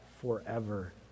forever